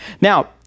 Now